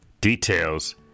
Details